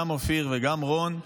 גם אופיר וגם רון.